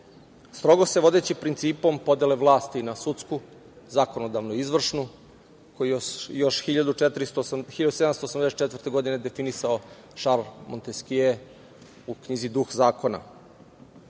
strogo se vodeći principom podele vlasti na sudsku, zakonodavnu i izvršnu, koji još 1784. godine definisao Šarl Monteskje u knjizi „Duh zakona“.Prošla